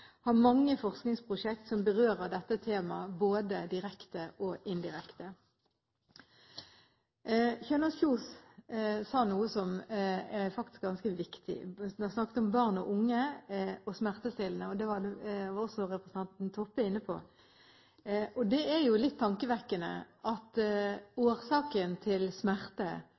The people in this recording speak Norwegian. har mange forskningsprosjekter som berører dette temaet, både direkte og indirekte. Kjønaas Kjos sa noe som faktisk er ganske viktig. Hun snakket om barn og unge og smertestillende. Det var også representanten Toppe inne på. Det er jo litt tankevekkende at årsaken til smerte